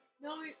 No